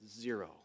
zero